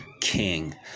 king